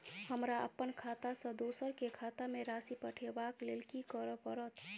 हमरा अप्पन खाता सँ दोसर केँ खाता मे राशि पठेवाक लेल की करऽ पड़त?